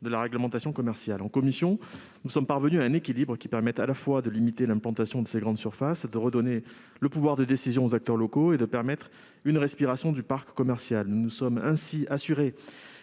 de la réglementation commerciale. En commission, nous sommes parvenus à un équilibre qui permet à la fois de limiter l'implantation de ces grandes surfaces, de redonner le pouvoir de décision aux acteurs locaux et de favoriser la respiration du parc commercial. Nous nous sommes ainsi assurés